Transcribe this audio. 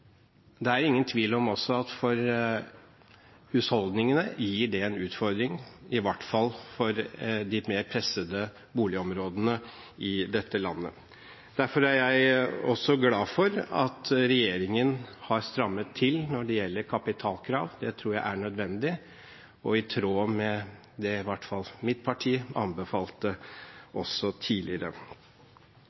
det er ingen tvil om at også for husholdningene gir det en utfordring, i hvert fall for de litt mer pressede boligområdene i dette landet. Derfor er jeg også glad for at regjeringen har strammet til når det gjelder kapitalkrav. Det tror jeg er nødvendig og i tråd med det i hvert fall mitt parti anbefalte også tidligere.